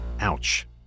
Ouch